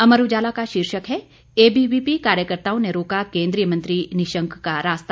अमर उजाला का शीर्षक है एबीवीपी कार्यकर्ताओं ने रोका केन्द्रीय मंत्री निशंक का रास्ता